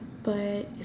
but